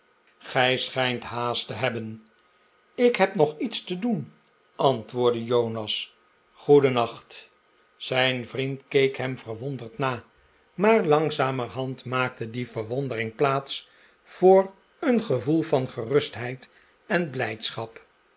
gij schijnt haast te hebben ik heb nog iets tedoen antwoordde jonas goedennacht zijn vriend keek hem verwonderd na maar langzamerhand maakte die verwondering plaats voor een gevoel van gerustheid en blijdschap